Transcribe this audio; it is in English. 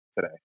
today